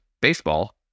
baseball